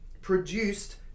produced